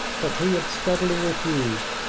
but he had steadily refused,